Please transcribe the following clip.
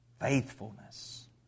faithfulness